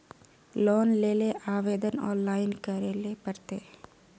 Loan लेले आवेदन online करे ले पड़ते?